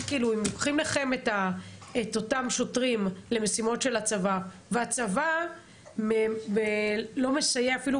אם לוקחים לכם את אותם שוטרים למשימות של הצבא והצבא לא מסייע אפילו